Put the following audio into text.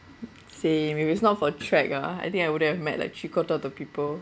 same if it's not for track ah I think I would have met like three quarter of the people